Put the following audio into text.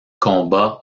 combat